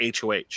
hoh